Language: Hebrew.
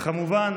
וכמובן